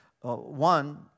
One